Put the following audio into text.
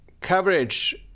coverage